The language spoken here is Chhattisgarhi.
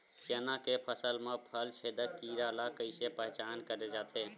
चना के फसल म फल छेदक कीरा ल कइसे पहचान करे जाथे?